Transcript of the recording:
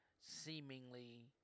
seemingly